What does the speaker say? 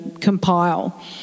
compile